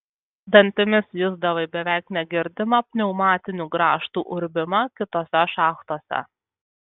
dantimis jusdavai beveik negirdimą pneumatinių grąžtų urbimą kitose šachtose